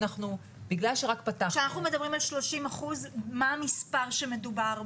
בגלל שרק פתחנו --- כשאנחנו מדברים על 30% על איזה מספר שמדובר?